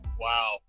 wow